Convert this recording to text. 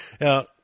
Now